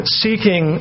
seeking